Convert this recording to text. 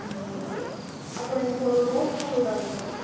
ம் ஓகே அப்புறம் எனக்கு ஒரு ரோஸ் ஃபளூடா வேணும்